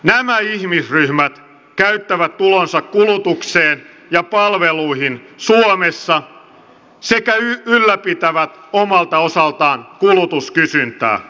nämä ihmisryhmät käyttävät tulonsa kulutukseen ja palveluihin suomessa sekä ylläpitävät omalta osaltaan kulutuskysyntää